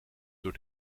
door